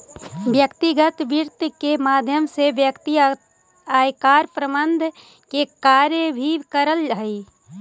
व्यक्तिगत वित्त के माध्यम से व्यक्ति आयकर प्रबंधन के कार्य भी करऽ हइ